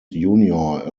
junior